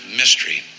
mystery